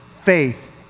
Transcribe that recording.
faith